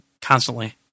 constantly